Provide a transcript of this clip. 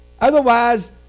otherwise